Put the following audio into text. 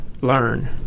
learn